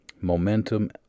Momentum